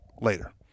later